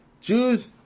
Jews